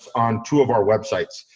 on two of our websites,